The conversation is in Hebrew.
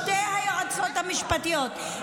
שתי היועצות המשפטיות,